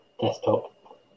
desktop